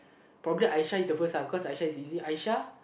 probably Aisha is the first uh cause Aisha is easy Aisha